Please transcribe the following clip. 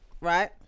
right